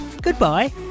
goodbye